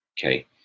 Okay